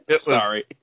sorry